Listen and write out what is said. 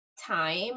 time